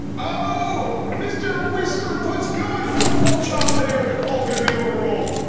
oh, mr. whisker buzz going for the full chop there the call is going to be overruled.